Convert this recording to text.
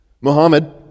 Muhammad